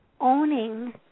owning